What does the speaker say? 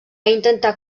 intentar